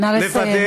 נא לסיים.